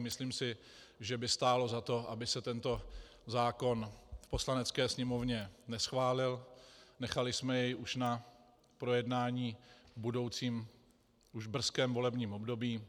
Myslím si, že by stálo za to, aby se tento zákon v Poslanecké sněmovně neschválil, nechali jsme jej už na projednání budoucím v brzkém volebním období.